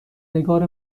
نگار